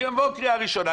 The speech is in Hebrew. זה יבוא לקריאה ראשונה,